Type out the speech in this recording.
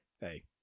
hey